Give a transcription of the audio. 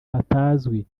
hatazwi